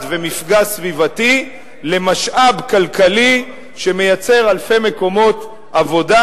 ומפגע סביבתי למשאב כלכלי שמייצר אלפי מקומות עבודה,